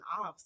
off